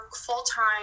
full-time